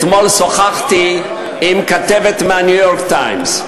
אתמול שוחחתי עם כתבת מה"ניו-יורק טיימס",